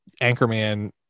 Anchorman